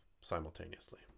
simultaneously